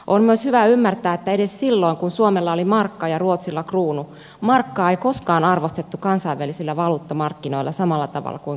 on myös hyvä ymmärtää että edes silloin kun suomella oli markka ja ruotsilla kruunu markkaa ei koskaan arvostettu kansainvälisillä valuuttamarkkinoilla samalla tavalla kuin kruunua